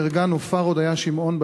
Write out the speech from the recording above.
נהרגה נופר הודיה שמעון,